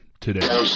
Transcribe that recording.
today